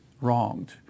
wronged